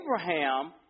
Abraham